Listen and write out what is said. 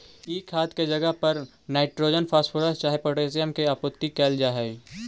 ई खाद के जगह पर नाइट्रोजन, फॉस्फोरस चाहे पोटाशियम के आपूर्ति कयल जा हई